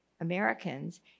Americans